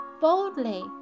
boldly